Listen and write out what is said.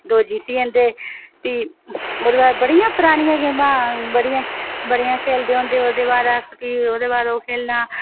दौं जित्ती जंदे ते प्ही ओह्दे बाद बड़ियां परानियां गेमां बी खेल्लदे होंदे हे प्ही ओह्दे बाद अस प्ही ओह्दे बाद ओह् खेल्लना